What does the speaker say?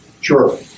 Sure